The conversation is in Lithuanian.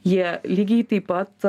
jie lygiai taip pat